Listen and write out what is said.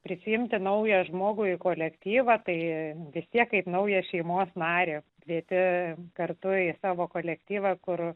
prisiimti naują žmogų į kolektyvą tai vis tiek kaip naują šeimos narį kvietė kartu į savo kolektyvą kur